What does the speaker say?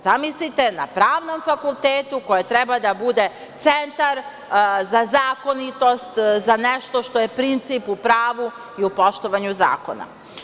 Zamislite, na Pravnom fakultetu koji treba da bude centar za zakonitost, za nešto što je princip u pravu i u poštovanju zakona.